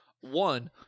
one